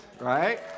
right